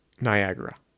Niagara